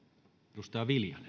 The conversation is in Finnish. arvoisa